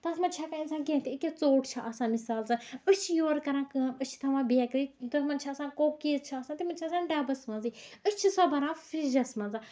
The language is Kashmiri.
تَتھ منٛز چھُ اِنسان ہیٚکان کیٚنہہ تہِ أکیاہ ژوٚٹ چھےٚ آسان مِثال زَن أسۍ چھِ یورٕ کران کٲم أسۍ چھِ تھاوان بیکری تَتھ منٛز چھِ آسان کُکیٖز تِمن چھِ آسان ڈَبَس منٛزٕے أسۍ چھِ سۄ بران فرجَس منٛز